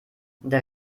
der